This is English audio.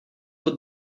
what